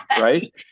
right